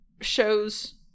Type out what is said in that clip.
shows